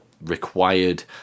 required